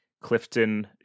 Clifton